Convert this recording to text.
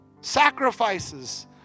Sacrifices